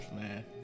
man